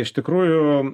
iš tikrųjų